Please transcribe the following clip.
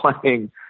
playing